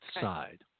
side